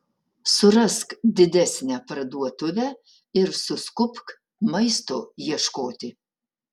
surask didesnę parduotuvę ir suskubk maisto ieškoti